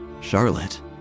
Charlotte